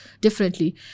differently